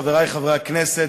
חברי חברי הכנסת,